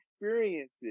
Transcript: experiences